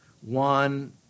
one